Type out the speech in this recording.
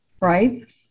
right